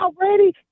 already